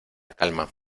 calma